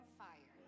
fire